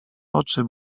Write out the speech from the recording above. oczy